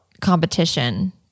competition